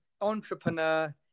entrepreneur